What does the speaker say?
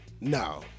No